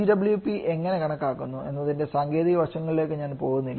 GWP എങ്ങനെ കണക്കാക്കുന്നു എന്നതിന്റെ സാങ്കേതിക വിശദാംശങ്ങളിലേക്ക് ഞാൻ പോകുന്നില്ല